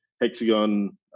Hexagon